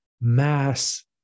mass